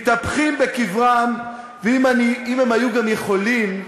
מתהפכים בקבריהם, ואם היו יכולים,